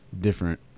different